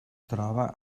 troba